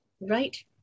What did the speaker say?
right